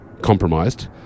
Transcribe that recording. compromised